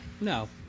No